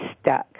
stuck